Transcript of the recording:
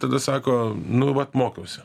tada sako nu vat mokiausi